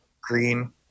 Green